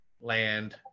land